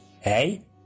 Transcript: Hey